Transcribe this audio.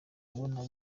abona